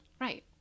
Right